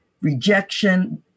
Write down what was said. rejection